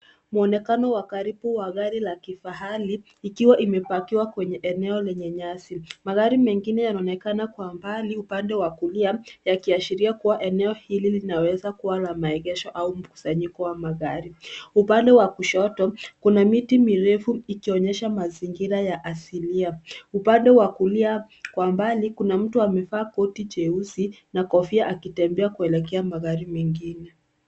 Muonekano wa karibu wa gari la kifahari likiwa imepakiwa kwenye eneo lenye nyasi. Magari mengine yanaonekana kwa mbali upande wa kulia yakiashiria kuwa eneo hili linaweza kuwa la maegesho au mkusanyiko wa magari. Upande wa kushoto kuna miti mirefu ikionyesha mazingira ya asilia. Upande wa kulia kwa mbali kuna mtu amevaa koti jeusi na kofia akitembea kuelekea magari mengine.